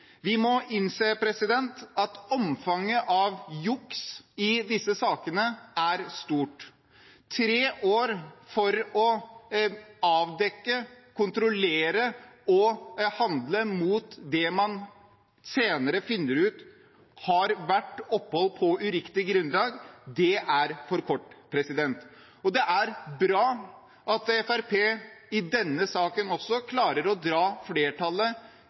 Vi må innse at omfanget av juks i disse sakene er stort. Tre år for å avdekke, kontrollere og handle mot det man senere finner ut har vært opphold på uriktige grunnlag, er for kort, og det er bra at Fremskrittspartiet i denne saken også klarer å dra flertallet